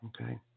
Okay